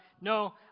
No